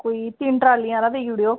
कोई तीन ट्रॉलियां हारा देई ओड़ेओ